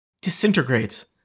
disintegrates